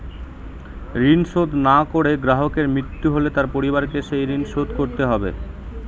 ঋণ শোধ না করে গ্রাহকের মৃত্যু হলে তার পরিবারকে সেই ঋণ শোধ করতে হবে?